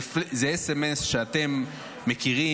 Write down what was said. זה סמ"ס שאתם מכירים,